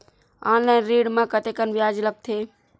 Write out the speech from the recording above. Online ऋण म कतेकन ब्याज लगथे?